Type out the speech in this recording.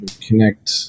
Connect